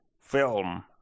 film